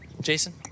Jason